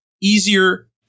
easier